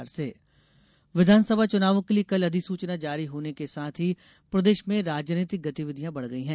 चुनावी गतिविधियां विधानसभा चुनावों के लिए कल अधिसूचना जारी होने के साथ ही प्रदेश में राजनीतिक गतिवधियां बढ़ गई है